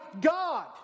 God